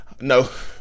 no